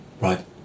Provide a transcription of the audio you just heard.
Right